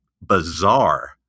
bizarre